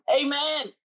Amen